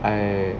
I